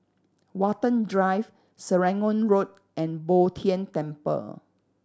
Watten Drive Serangoon Road and Bo Tien Temple